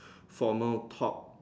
formal top